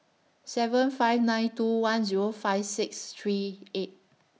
seven five nine two one Zero five six three eight